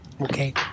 Okay